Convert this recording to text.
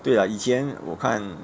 对 lah 以前我看